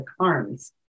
harms